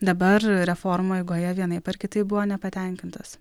dabar reformų eigoje vienaip ar kitaip buvo nepatenkintos